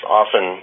often